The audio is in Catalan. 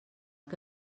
que